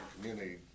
community